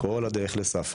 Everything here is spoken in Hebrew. כל הדרך לספרא,